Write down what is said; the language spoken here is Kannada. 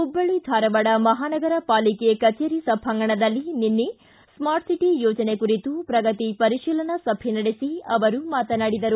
ಹುಬ್ಬಳ್ಳಿ ಧಾರವಾಡ ಮಹಾನಗರ ಪಾಲಿಕೆ ಕಚೇರಿ ಸಭಾಂಗಣದಲ್ಲಿ ನಿನ್ನೆ ಸ್ಮಾರ್ಟ್ ಸಿಟಿ ಯೋಜನೆ ಕುರಿತು ಪ್ರಗತಿ ಪರಿಶೀಲನಾ ಸಭೆ ನಡೆಸಿ ಅವರು ಮಾತನಾಡಿದರು